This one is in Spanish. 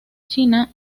china